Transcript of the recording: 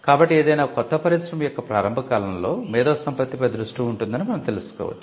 కాబట్టి ఏదైనా కొత్త పరిశ్రమ యొక్క ప్రారంభ కాలంలో మేధో సంపత్తిపై దృష్టి ఉంటుందని మనం తెలుసుకోవచ్చు